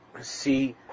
see